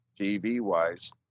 TV-wise